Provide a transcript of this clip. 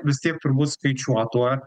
vis tiek turbūt skaičiuot tuo